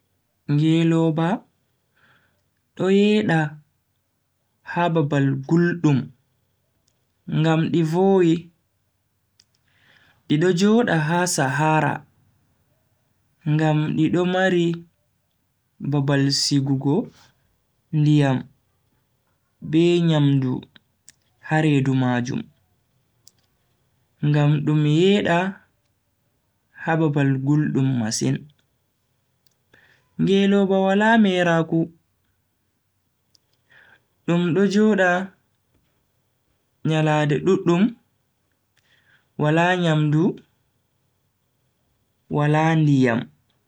Ngeloba do yeda ha babal guldum ngam di vowi. di do joda ha sahara ngam di do mari babal sigugo ndiyam be nyamdu ha redu majum, ngam dum yeeda ha babal guldum masin. ngeloba wala meraaku dum do joda nyalande duddum wala nyamdu wala ndiyam.